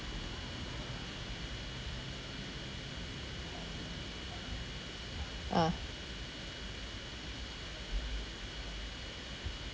ah